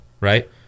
right